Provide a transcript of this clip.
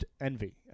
Envy